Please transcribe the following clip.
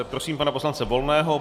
Prosím pana poslance Volného.